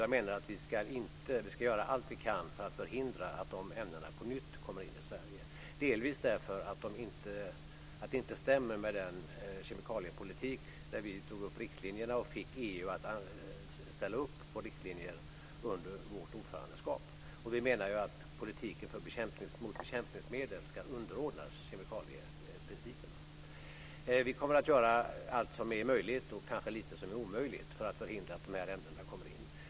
Jag menar att vi ska göra allt vi kan för att förhindra att de ämnena på nytt kommer in i Sverige, delvis därför att det inte stämmer med den kemikaliepolitik som vi drog upp riktlinjer för och fick EU att ställa upp på under vårt ordförandeskap. Vi menar att politiken mot bekämpningsmedel ska underordnas kemikalieprincipen. Vi kommer att göra allt som är möjligt, och kanske lite som är omöjligt, för att förhindra att de här ämnena kommer in.